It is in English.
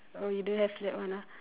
oh don't have that one ah